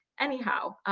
anyhow,